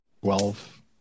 Twelve